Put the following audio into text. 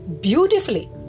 beautifully